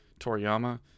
Toriyama